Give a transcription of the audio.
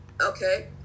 okay